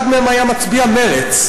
אחד מהם היה מצביע מרצ.